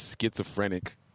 schizophrenic